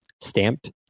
stamped